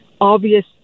obvious